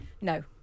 No